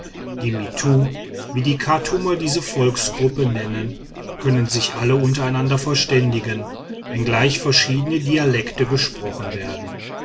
die mittu wie die chartumer diese volksgruppe nennen können sich alle untereinander verständigen wenngleich verschiedene dialekte gesprochen werden